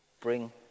bring